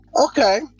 Okay